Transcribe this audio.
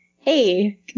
hey